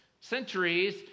centuries